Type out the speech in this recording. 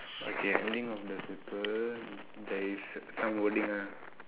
okay ending of the paper there is some wording ah